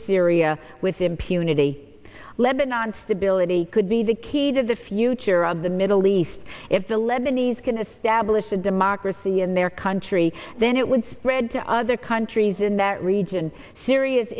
syria with impunity lebanon stability could be the key to the future of the middle east if the lebanese can establish a democracy in their country then it would spread to other countries in that region syri